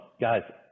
guys